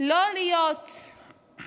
לא להיות בהפגנה,